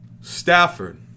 Stafford